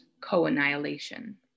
co-annihilation